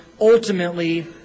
ultimately